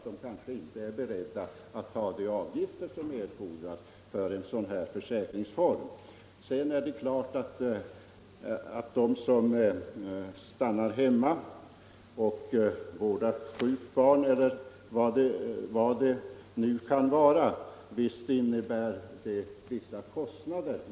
De kanske inte är beredda att betala de avgifter som erfordras för att komma upp till 20 kr. per dag. Den som stannar hemma och vårdar ett sjukt barn förorsakas självfallet vissa kostnader.